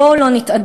בואו לא נתהדר,